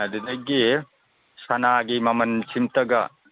ꯑꯗꯨꯗꯒꯤ ꯁꯅꯥꯒꯤ ꯃꯃꯜꯁꯤ ꯑꯝꯇꯒ